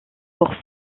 pour